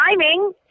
timing